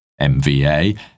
MVA